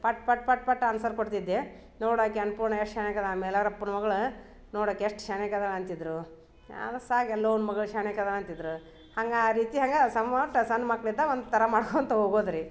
ಪಟ್ ಪಟ್ ಪಟ್ ಪಟ್ ಆನ್ಸರ್ ಕೊಡ್ತಿದ್ದೆ ನೋಡು ಆಕಿ ಅನ್ನಪೂರ್ಣ ಎಷ್ಟು ಚೆನ್ನಾಗಿದಾಳ ಆ ಮೈಲಾರಪ್ಪನ ಮಗ್ಳು ನೋಡು ಆಕಿ ಎಷ್ಟು ಚೆನ್ನಾಗಿದಾಳ ಅಂತಿದ್ದರು ಎಲ್ಲವ್ವನ ಮಗ್ಳು ಶಾನ್ಯಾಕಿದಳ ಅಂತಿದ್ದರು ಹಂಗೆ ಆ ರೀತಿ ಹಂಗೆ ಸಮ ಒಟ್ಟು ಸಣ್ಣ ಮಕ್ಳಿದ್ದಾಗ ಒಂದು ಥರ ಮಾಡ್ಕೊಳ್ತಾ ಹೋಗೋದು ರೀ